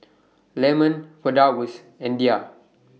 Leman Firdaus and Dhia